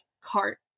cart